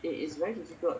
it is very difficult